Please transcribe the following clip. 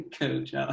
coach